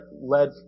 led